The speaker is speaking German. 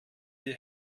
die